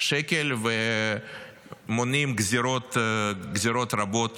שקל ומונעים גזרות רבות